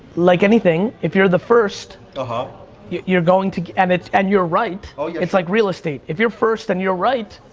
like anything, if you're the first, ah you're you're going to, and and you're right. ah it's like real estate. if you're first and you're right,